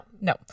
No